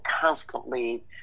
constantly